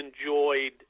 enjoyed